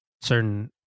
certain